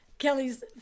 Kelly's